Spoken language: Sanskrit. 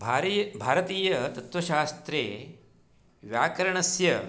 भारतीयतत्त्वशास्त्रे व्याकरणस्य